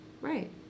Right